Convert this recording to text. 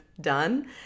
done